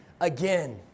again